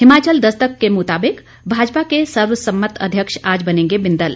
हिमाचल दस्तक के मुताबिक भाजपा के सर्वसम्मत अध्यक्ष आज बनेंगे बिंदल